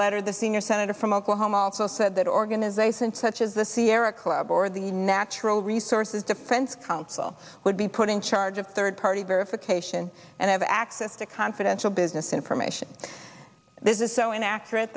letter the senior senator from oklahoma also said that organisations such as the sierra club or the natural resources defense council would be put in charge of third party verification and have access to confidential business information this is so inaccurate